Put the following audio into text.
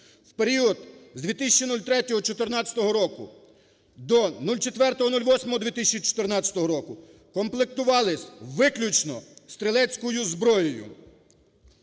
в період з 20.03 14-го року до 04.08 2014 року комплектувались виключно стрілецькою зброєю: